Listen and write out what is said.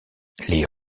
les